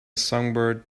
songbird